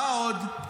מה עוד?